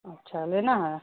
اچھا لینا ہے